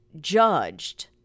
judged